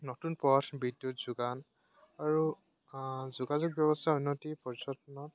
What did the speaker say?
নতুন পথ বিদ্যুৎ যোগান আৰু যোগাযোগ ব্যৱস্থা উন্নতি পৰ্যটনক